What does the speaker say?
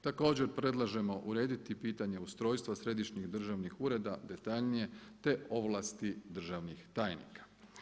Također predlažemo urediti pitanje ustrojstva središnjih državni ureda detaljnije te ovlasti državnih tajnika.